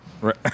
Right